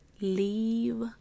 leave